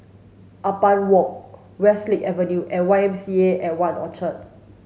Ampang Walk Westlake Avenue and Y M C A at One Orchard